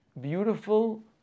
beautiful